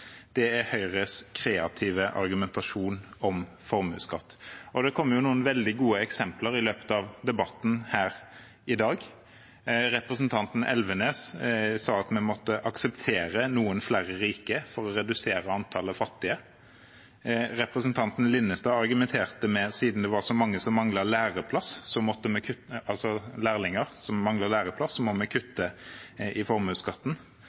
er Høyres kreative argumentasjon om formuesskatt. Det kom noen veldig gode eksempler i løpet av debatten her i dag. Representanten Elvenes sa at vi måtte akseptere noen flere rike for å redusere antallet fattige. Representanten Linnestad argumenterte med at siden det er så mange lærlinger som mangler læreplass,